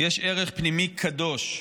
יש ערך פנימי קדוש,